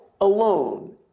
alone